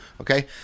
Okay